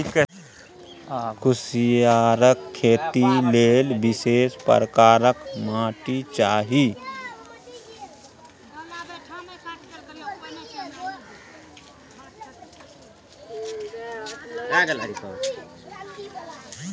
कुसियारक खेती लेल विशेष प्रकारक माटि चाही